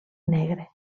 negre